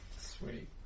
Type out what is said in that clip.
Sweet